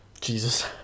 Jesus